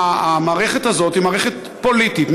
המערכת הזאת היא מערכת פוליטית,